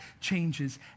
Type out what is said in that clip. changes